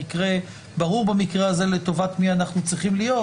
ברור במקרה הזה לטובת מי אנחנו צריכים להיות,